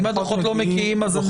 אם הדוחות לא מגיעים אז...